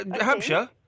Hampshire